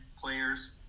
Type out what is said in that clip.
players